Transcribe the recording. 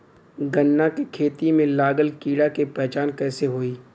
गन्ना के खेती में लागल कीड़ा के पहचान कैसे होयी?